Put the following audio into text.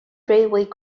railroad